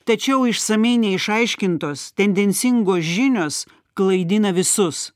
tačiau išsamiai neišaiškintos tendencingos žinios klaidina visus